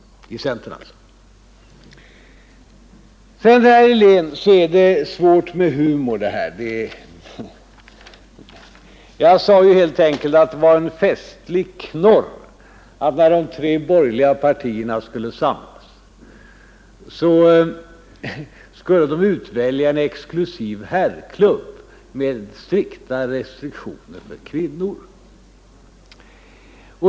Det här med humor är svårt, herr Helén. Jag sade helt enkelt att det var en festlig knorr att de tre borgerliga partierna, när de skulle samlas, skulle utvälja en exklusiv herrklubb med strikta restriktioner för kvinnor.